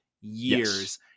years